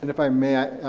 and if i may,